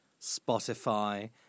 spotify